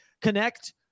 connect